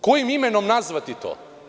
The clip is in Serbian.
Kojim imenom nazvati to?